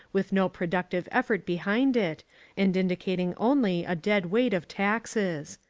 with no productive effort behind it and indicating only a dead weight of taxes.